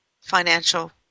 financial